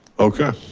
okay,